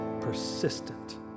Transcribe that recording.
persistent